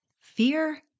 Fear